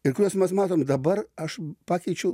ir kuriuos mes matom dabar aš pakeičiau